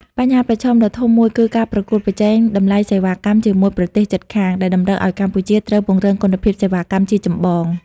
បញ្ហាប្រឈមដ៏ធំមួយគឺការប្រកួតប្រជែងតម្លៃសេវាកម្មជាមួយប្រទេសជិតខាង ដែលតម្រូវឱ្យកម្ពុជាត្រូវពង្រឹងគុណភាពសេវាកម្មជាចម្បង។